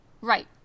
Right